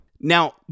Now